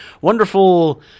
wonderful